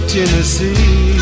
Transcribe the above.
Tennessee